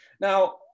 Now